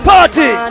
Party